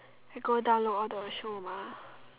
we go download all the show mah